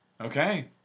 Okay